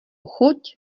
chuť